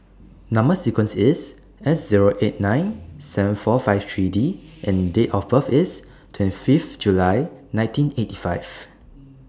Number sequence IS S Zero eight nine seven four five three D and Date of birth IS twenty Fifth July nineteen eighty five